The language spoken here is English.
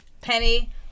Penny